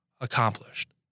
accomplished